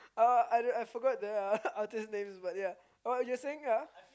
uh I I forgot the artist's name what you were saying ah